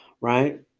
right